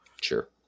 Sure